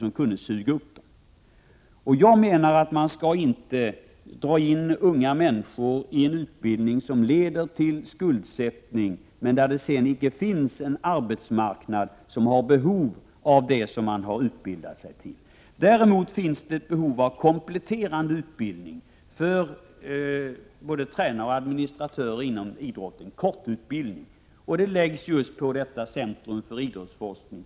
Ett sådant behov har inte heller idrottsrörelsen kunnat påvisa. Jag menar att man inte skall dra in unga människor i en utbildning som för med sig skuldsättning men som sedan inte leder till en arbetsmarknad som har behov av det som man har utbildat sig till. Däremot finns det ett behov av kompletterande korttidsutbildning för både tränare och administratörer inom idrotten. Denna utbildning förläggs till detta centrum för idrottsforskning.